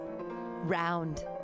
round